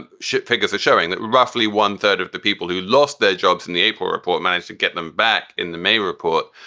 and shit figures are showing, that roughly one third of the people who lost their jobs in the april managed to get them back in the may report.